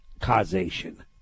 causation